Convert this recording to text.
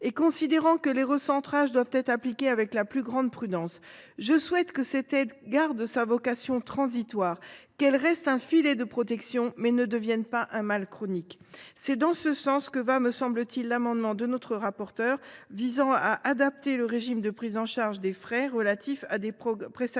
et considérant que les recentrages doivent être appliqués avec la plus grande prudence, je souhaite que cette aide garde sa vocation transitoire et qu’elle reste un filet de protection, sans devenir un mal chronique. J’estime que l’amendement de notre rapporteure pour avis visant à adapter le régime de prise en charge des frais relatifs à des prestations programmées